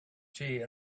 tea